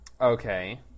Okay